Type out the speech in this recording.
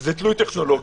זה תלוי טכנולוגיה.